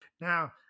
Now